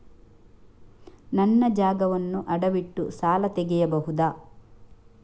ನನ್ನ ಜಾಗವನ್ನು ಅಡವಿಟ್ಟು ಸಾಲ ತೆಗೆಯಬಹುದ?